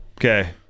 Okay